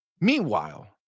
meanwhile